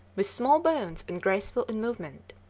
with small bones and graceful in movement.